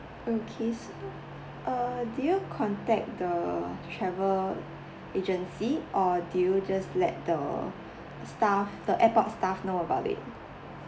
okay so uh do you contact the travel agency or did you just let the staff the airport staff know about it